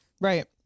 Right